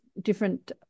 different